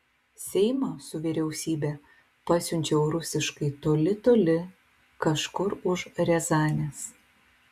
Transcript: seimą su vyriausybe pasiunčiau rusiškai toli toli kažkur už riazanės